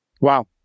Wow